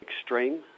extreme